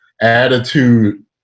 attitude